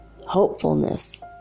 hopefulness